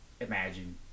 imagine